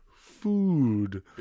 food